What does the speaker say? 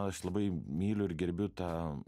aš labai myliu ir gerbiu tą